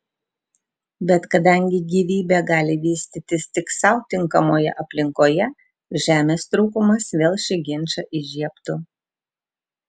bet kadangi gyvybė gali vystytis tik sau tinkamoje aplinkoje žemės trūkumas vėl šį ginčą įžiebtų